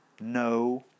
no